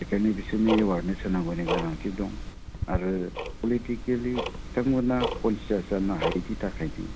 बेखायनो बिसोरनि एवारनेस होनांगौनि गोनांथि दं आरो पलिटिकेलि बिथांमोना कनसियास जानो हायैनि थाखायनो